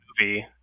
movie